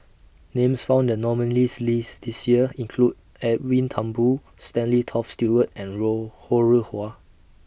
Names found The nominees' list This Year include Edwin Thumboo Stanley Toft Stewart and Row Ho Rih Hwa